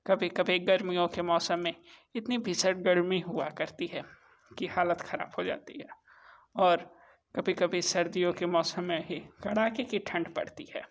कभी कभी गर्मियों के मौसम में इतनी भीषण गर्मी हुआ करती है कि हालत खराब हो जाती है और कभी कभी सर्दियों के मौसम में ही कड़ाके की ठंड पड़ती है